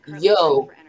Yo